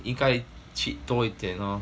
应该 treat 多一点 lor